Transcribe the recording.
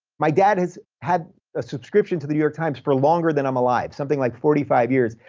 my dad has had a subscription to the new york times for longer than i'm alive, something like forty five years.